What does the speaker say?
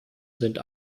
sind